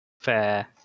Fair